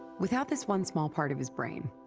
without this one small part of his brain,